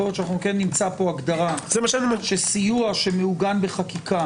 יכול להיות שנמצא הגדרה שסיוע שמעוגן בחקיקה